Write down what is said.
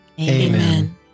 Amen